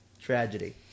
Tragedy